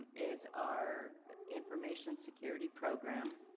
is our information security program.